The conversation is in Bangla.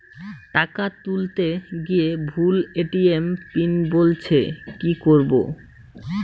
টাকা তুলতে গিয়ে ভুল এ.টি.এম পিন বলছে কি করবো?